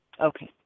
Okay